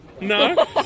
No